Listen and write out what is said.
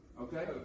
Okay